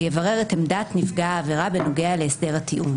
ויברר את עמדת נפגע העבירה בנוגע להסדר הטיעון,